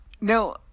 No